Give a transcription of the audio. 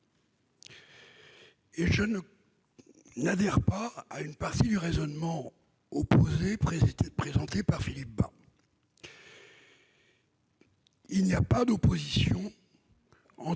et je n'adhère pas à une partie du raisonnement présenté par Philippe Bas. Il n'y a pas d'opposition entre